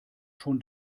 schon